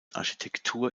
architektur